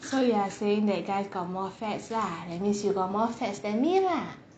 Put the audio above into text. so you are saying that guys got more fats lah that means you got more fats than me lah